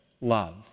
love